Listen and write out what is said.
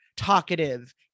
talkative